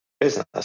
business